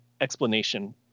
explanation